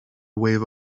wave